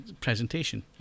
presentation